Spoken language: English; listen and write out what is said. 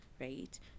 Right